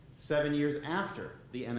seven years after the and